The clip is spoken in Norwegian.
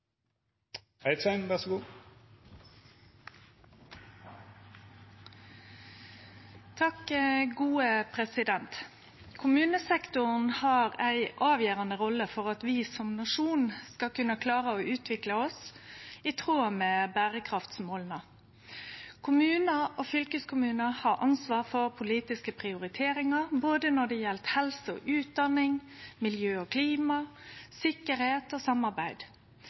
Kommunesektoren har ei avgjerande rolle for at vi som nasjon skal kunne klare å utvikle oss i tråd med berekraftsmåla. Kommunar og fylkeskommunar har ansvar for politiske prioriteringar, når det gjeld både helse og utdanning, miljø og klima og sikkerheit og samarbeid.